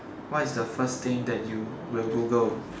what is the first thing that you will Google